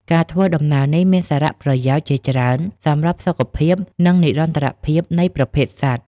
ការធ្វើដំណើរនេះមានសារៈប្រយោជន៍ជាច្រើនសម្រាប់សុខភាព និងនិរន្តរភាពនៃប្រភេទសត្វ។